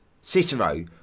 Cicero